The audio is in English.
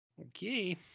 okay